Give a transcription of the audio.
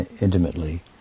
intimately